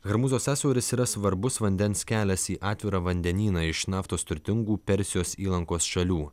hormūzo sąsiauris yra svarbus vandens kelias į atvirą vandenyną iš naftos turtingų persijos įlankos šalių